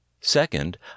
Second